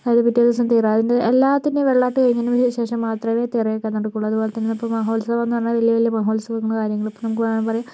അത് പിറ്റേ ദിവസം തിറ അതിൻ്റെ എല്ലാത്തിൻ്റേയും വെള്ളാട്ട് കഴിഞ്ഞതിന് ശേഷം മാത്രമേ തിറയൊക്കെ നടക്കുകയുള്ളു അതുപോലെ തന്നെയിപ്പോൾ മഹോത്സവം എന്ന് പറഞ്ഞാൽ വല്യ വല്യ മഹോത്സവവും കാര്യങ്ങളും ഇപ്പോൾ നമുക്ക് വേണമെങ്കിൽ പറയാം